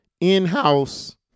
in-house